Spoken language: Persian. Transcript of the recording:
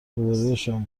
روبهرویشان